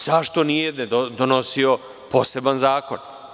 Zašto nije donosio poseban zakon?